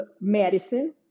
Madison